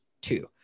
two